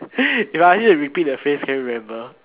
if I need to repeat the phrase can you remember